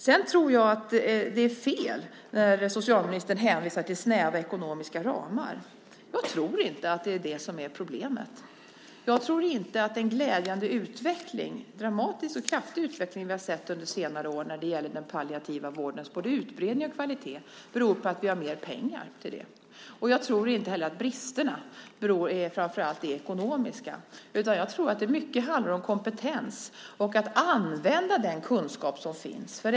Sedan tror jag att det är fel att, som socialministern gör, hänvisa till snäva ekonomiska ramar. Jag tror inte att det är det som är problemet. Jag tror inte att den glädjande utveckling, den dramatiska och kraftiga utveckling, som vi sett under senare år när det gäller den palliativa vårdens både utbredning och kvalitet beror på att vi har mer pengar till det. Inte heller tror jag att bristerna framför allt gäller det ekonomiska, utan det handlar mycket, tror jag, om kompetens och om att använda den kunskap som finns.